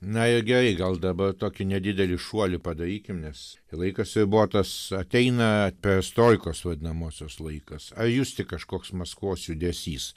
na ir gerai gal dabar tokį nedidelį šuolį padarykim nes laikas ribotas ateina perestroikos vadinamosios laikas ar justi kažkoks maskvos judesys